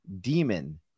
demon